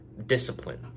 Discipline